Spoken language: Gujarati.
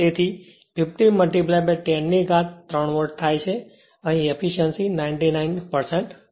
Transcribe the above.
તેથી તે સમયે એફીશ્યંસી 99 હતી